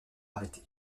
arrêter